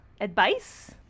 advice